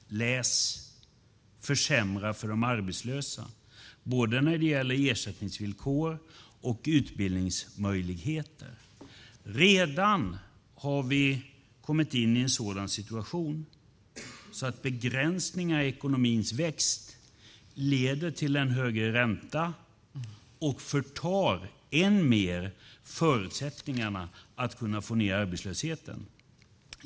Läs: Försämra för de arbetslösa både när det gäller ersättningsvillkor och utbildningsmöjligheter. Redan har vi kommit in i en sådan situation att begränsningar i ekonomins växt leder till en högre ränta och förtar än mer förutsättningarna att få ned arbetslösheten.